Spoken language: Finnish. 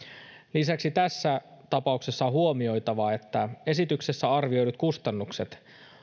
lisäksi tässä tapauksessa on huomioitava että esityksessä arvioidut kustannukset